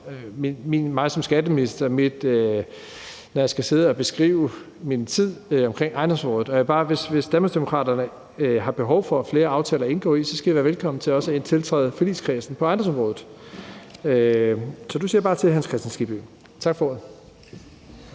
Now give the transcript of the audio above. tid som skatteminister, skal bruge min tid på at beskrive ejendomsområdet. Hvis Danmarksdemokraterne har behov for at indgå i flere aftaler, skal I være velkomne til også at tiltræde forligskredsen på ejendomsområdet. Så du siger bare til, Hans Kristian Skibby. Tak for ordet.